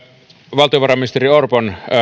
valtiovarainministeri orpon